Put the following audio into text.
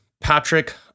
Patrick